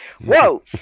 whoa